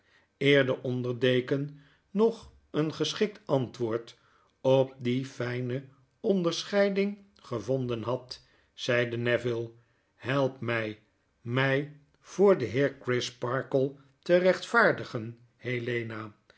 de onder deken nog een geschikt antwoord op die fijne onderscheidmg gevonden had zeide neville help my my voor den heer crisparkle te rechtvaardigen helenahelp